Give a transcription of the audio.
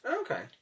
Okay